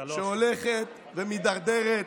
שהולכת ומידרדרת.